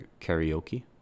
karaoke